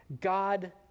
God